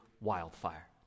wildfire